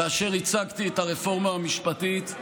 כאשר הצגתי את הרפורמה המשפטית,